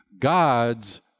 God's